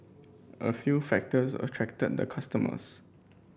a few factors attracted the customers